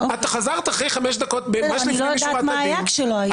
את חזרת אחרי חמש דקות ממש לפני --- אני לא יודעת מה היה כשלא הייתי.